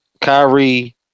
Kyrie